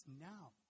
now